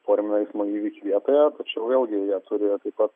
formina eismo įvykį vietoje tačiau vėlgi jie turi taip pat